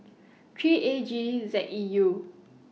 three A G Z E U